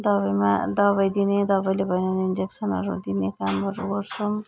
दबाईमा दबाई दिने दबाईले भएन भने इन्जेक्सनहरू दिने कामहरू गर्छौँ